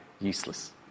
useless